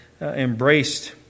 embraced